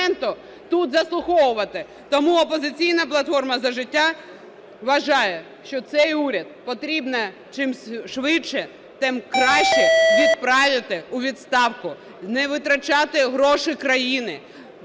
тут заслуховувати. Тому "Опозиційна платформа – За життя" вважає, що цей уряд потрібно чим швидше, тим краще відправити у відставку, не витрачати гроші країни,